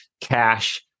cash